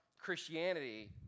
Christianity